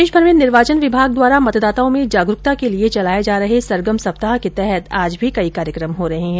प्रदेशभर में निर्वाचन विभाग द्वारा मतदाताओं में जागरूकता के लिये चलाये जा रहे सरगम सप्ताह के तहत आज भी कई कार्यक्रम हो रहे हैं